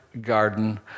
garden